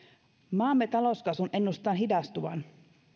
maamme talouskasvun ennustetaan hidastuvan